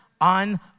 on